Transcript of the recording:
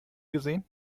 gesehen